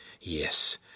yes